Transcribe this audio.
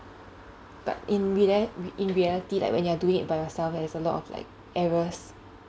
but in rela~ re~ in reality like when you are doing it by yourself there is a lot of like errors